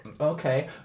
okay